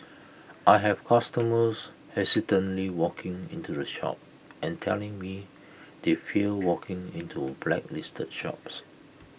I have customers hesitantly walking into the shop and telling me they fear walking into blacklisted shops